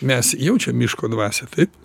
mes jaučiam miško dvasią taip